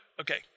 okay